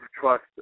trust